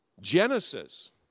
Genesis